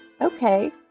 Okay